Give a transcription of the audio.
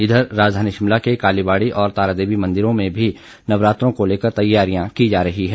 इधर राजधानी शिमला के कालीबाड़ी और तारादेवी मंदिरों में भी नवरात्रों को लेकर तैयारियां की जा रही हैं